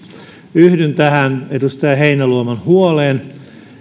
yhdyn tähän edustaja heinäluoman huoleen